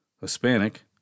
Hispanic